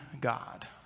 God